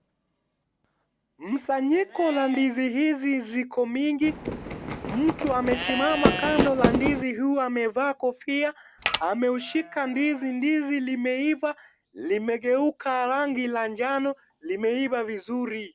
Msanyiko la ndizi hizi ziko mingi. Mtu amesimama kando la ndizi huu amevaa kofia, ameushika ndizi. Ndizi limeiva limegeuka rangi la njano, limeiva vizuri.